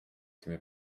tym